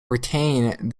retain